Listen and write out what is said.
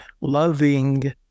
loving